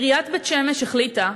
עיריית בית-שמש החליטה